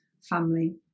family